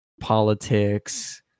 politics